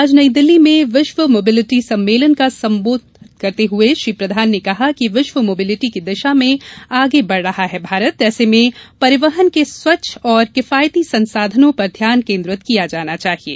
आज नई दिल्ली में विश्व मोबेलिटी सम्मेलन को संबोधित करते हुए श्री प्रधान ने कहा कि विश्व मोबिलिटी की दिश में आगे बढ़ रहा है ऐसे में परिवहन के ॅस्वच्छ और किफायती समाधानों पर ध्यान केन्द्रित किया जाना चाहिये